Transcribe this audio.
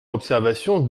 observation